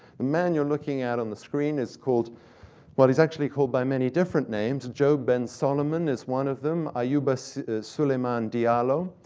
the man you're looking at on the screen is called well, he's actually called by many different names joe ben solomon is one of them, ayuba so suleiman diallo.